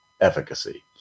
efficacy